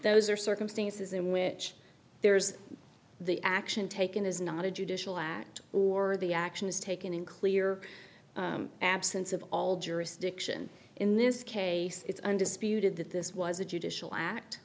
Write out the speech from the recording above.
those are circumstances in which there's the action taken is not a judicial act or the action is taken in clear absence of all jurisdiction in this case it's undisputed that this was a judicial act